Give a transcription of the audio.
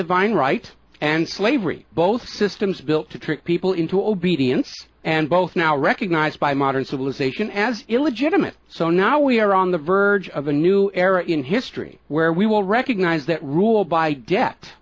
divine right and slavery both systems built to trick people into obedience and both now recognized by modern civilization as illegitimate so now we are on the verge of a new era in history where we will recognize that rule by de